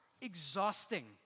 Exhausting